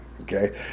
okay